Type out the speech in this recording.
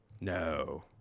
No